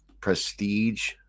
prestige